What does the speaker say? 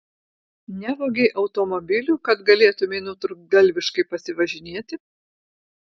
nevogei automobilių kad galėtumei nutrūktgalviškai pasivažinėti